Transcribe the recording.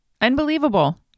Unbelievable